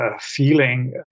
feeling